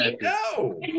no